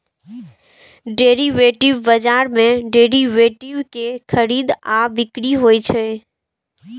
derivative बाजार मे derivative के खरीद आ बिक्री होइ छै